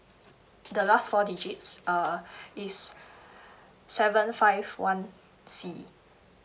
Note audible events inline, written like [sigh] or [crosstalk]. the last four digits err [breath] it's seven five one C